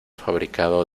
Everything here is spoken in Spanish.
fabricado